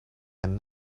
and